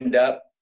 up